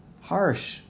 Harsh